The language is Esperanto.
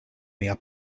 mia